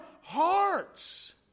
hearts